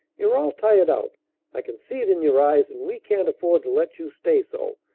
you're all tired out i can see it in your eyes and we can't afford to let you stay so.